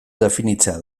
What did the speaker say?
definitzea